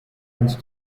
ins